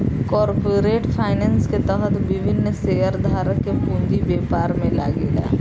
corporate finance के तहत विभिन्न शेयरधारक के पूंजी व्यापार में लागेला